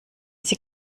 sie